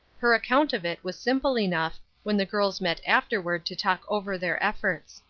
her account of it was simple enough, when the girls met afterward to talk over their efforts.